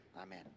Amen